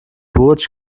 burj